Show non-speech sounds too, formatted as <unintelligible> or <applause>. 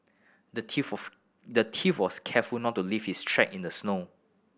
the thief <unintelligible> the thief was careful not to leave his track in the snow